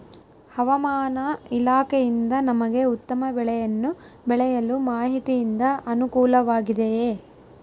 ಹವಮಾನ ಇಲಾಖೆಯಿಂದ ನಮಗೆ ಉತ್ತಮ ಬೆಳೆಯನ್ನು ಬೆಳೆಯಲು ಮಾಹಿತಿಯಿಂದ ಅನುಕೂಲವಾಗಿದೆಯೆ?